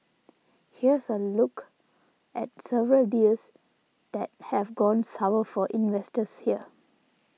here's a look at several deals that have gone sour for investors here